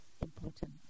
important